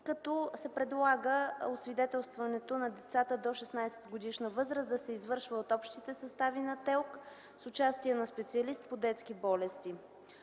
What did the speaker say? като се предлага освидетелстването на децата до 16-годишна възраст да се извършва от общите състави на ТЕЛК, с участие на специалист по детски болести.